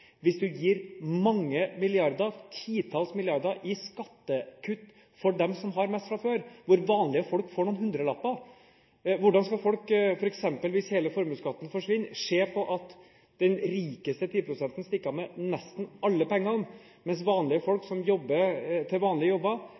hvis du gir mange milliarder – titalls milliarder – i skattekutt for dem som har mest fra før, mens vanlige folk får noen hundrelapper. Hvis f.eks. hele formuesskatten forsvinner, hvordan skal folk se på at den rikeste 10-prosenten stikker av med nesten alle pengene, mens vanlige folk med vanlige jobber